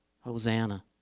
hosanna